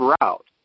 route